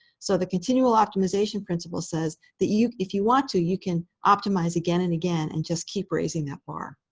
so the continual optimization principle says that you if you want to, you can optimize, again and again, and just keep raising that bar.